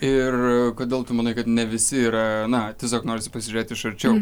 ir kodėl tu manai kad ne visi yra na tiesiog norisi pasižiūrėti iš arčiau